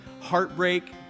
heartbreak